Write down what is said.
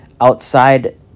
outside